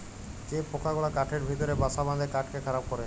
যে পকা গুলা কাঠের ভিতরে বাসা বাঁধে কাঠকে খারাপ ক্যরে